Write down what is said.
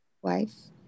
Wife